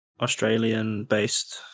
Australian-based